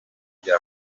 bya